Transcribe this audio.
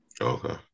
Okay